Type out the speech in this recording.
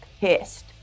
pissed